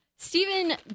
Stephen